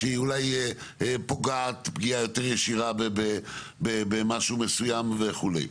שהיא אולי פוגעת פגיעה יותר ישירה במשהו מסוים וכו'.